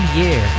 year